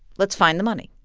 let's find the money.